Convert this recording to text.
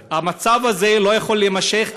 המצב הזה לא יכול להימשך.